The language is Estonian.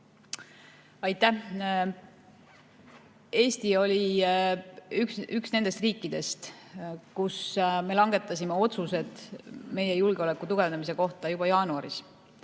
Aitäh! Eesti oli üks nendest riikidest, kes langetas otsused oma julgeoleku tugevdamise kohta juba jaanuaris,